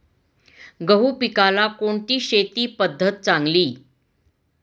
गहू पिकाला कोणती शेती पद्धत चांगली?